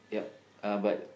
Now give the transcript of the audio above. yup uh but